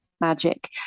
magic